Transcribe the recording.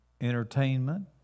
entertainment